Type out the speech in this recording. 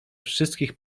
wszystkich